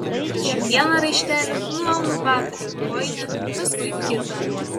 atrišu vieną raištelį nuaunu batą ir kojinę paskui kitą